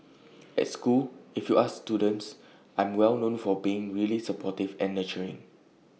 at school if you ask students I'm well known for being really supportive and nurturing